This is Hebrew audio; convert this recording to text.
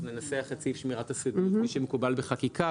ננסח את סעיף שמירת הסודיות כפי שמקובל בחקיקה,